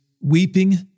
weeping